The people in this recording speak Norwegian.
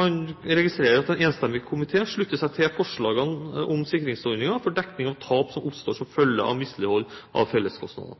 man registrerer at en enstemmig komité slutter seg til forslagene om sikringsordningen for dekning av tap som oppstår som følge av mislighold av felleskostnadene.